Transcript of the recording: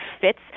fits